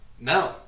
No